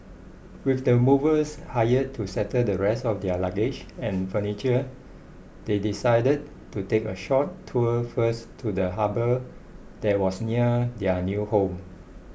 with the movers hired to settle the rest of their luggage and furniture they decided to take a short tour first to the harbour that was near their new home